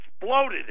exploded